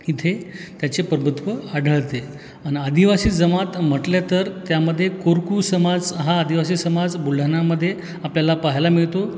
इथे त्याचे प्रभुत्व आढळते अन् आदिवासी जमात म्हटले तर त्यामध्ये कोरकू समाज हा आदिवासी समाज बुलढाणामध्ये आपल्याला पाहायला मिळतो